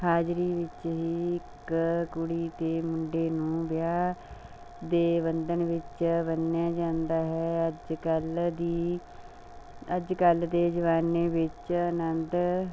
ਹਾਜ਼ਰੀ ਵਿੱਚ ਹੀ ਇੱਕ ਕੁੜੀ ਅਤੇ ਮੁੰਡੇ ਨੂੰ ਵਿਆਹ ਦੇ ਬੰਧਨ ਵਿੱਚ ਬੰਨ੍ਹਿਆ ਜਾਂਦਾ ਹੈ ਅੱਜ ਕੱਲ੍ਹ ਦੀ ਅੱਜ ਕੱਲ੍ਹ ਦੇ ਜ਼ਮਾਨੇ ਵਿੱਚ ਅਨੰਦ